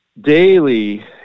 daily